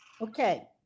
Okay